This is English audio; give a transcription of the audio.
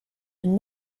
and